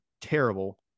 terrible